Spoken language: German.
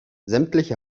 sämtliche